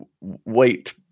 wait